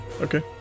Okay